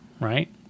right